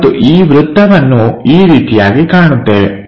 ಮತ್ತು ಈ ವೃತ್ತವನ್ನು ಈ ರೀತಿಯಾಗಿ ಕಾಣುತ್ತೇವೆ